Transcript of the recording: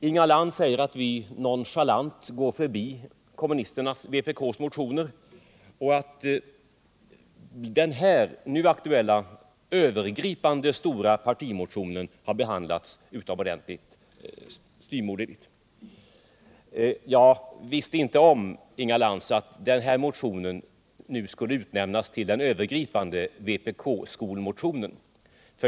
Inga Lantz säger att vi nonchalant går förbi vpk:s motioner och att den nu aktuella övergripande stora par timotionen behandlats utomordentligt styvmoderligt. Jag visste inte om, Inga Lantz, att just den här motionen skulle utnämnas till den övergripande vpk-skolmotionen.